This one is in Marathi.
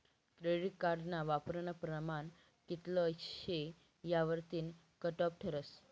क्रेडिट कार्डना वापरानं प्रमाण कित्ल शे यावरतीन कटॉप ठरस